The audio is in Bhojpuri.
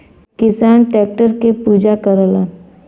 किसान टैक्टर के पूजा करलन